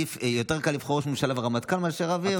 יותר קל לבחור ראש ממשלה ורמטכ"ל מאשר רב עיר.